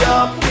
up